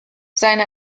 seine